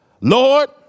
Lord